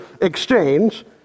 exchange